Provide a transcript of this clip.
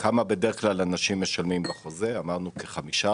כמה בדרך כלל אנשים משלמים בחוזה, אמרנו כ-15%,